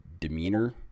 demeanor